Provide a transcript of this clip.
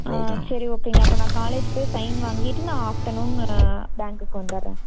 ஆ சரி ஓகேங்க அப்போது நான் காலேஜ் போய் சைன் வாங்கிட்டு நான் ஆஃப்டர்னூன் பேங்க்குக்கு வந்துடுறேன்